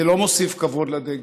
זה לא מוסיף כבוד לדגל.